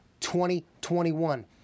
2021